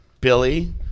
Billy